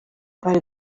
ari